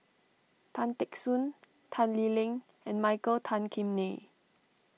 Tan Teck Soon Tan Lee Leng and Michael Tan Kim Nei